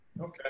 Okay